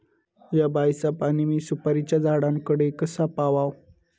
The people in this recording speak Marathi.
हया बायचा पाणी मी सुपारीच्या झाडान कडे कसा पावाव?